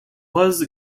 was